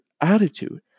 attitude